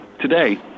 Today